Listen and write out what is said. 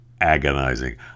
agonizing